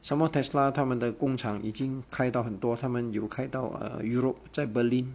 some more tesla 他们的工厂已经开到很多他们有开到 err europe 在 berlin